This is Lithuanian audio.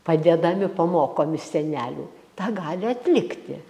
padedami pamokomi senelių tą gali atlikti